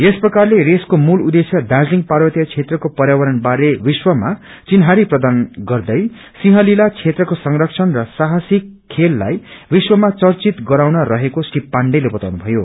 यस प्रकारले रेसको मूल उद्देश्य दार्जीलिङ पार्वतीय क्षेत्रको पर्यावचरण बारे विश्वमा चिन्हारी प्रदान गर्दै खेसंहलीला क्षेत्रको संरक्षण र साहसिक खेललाई विश्वमा चचिवत गराउन रहेको श्री पाण्डेले बताउन भयो